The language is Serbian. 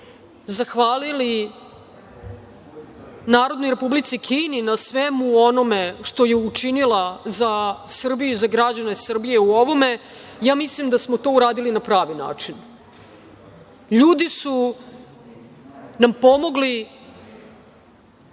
zahvalili Narodnoj Republici Kini na svemu onome što je učinila za Srbiju i za građane Srbije u ovome. Mislim da smo to uradili na pravi način. Ljudi su nam pomogli